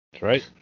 right